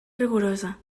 rigorosa